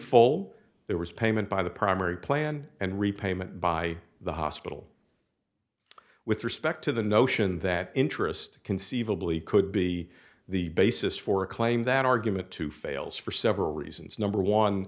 full there was payment by the primary plan and repayment by the hospital with respect to the notion that interest conceivably could be the basis for a claim that argument two fails for several reasons number one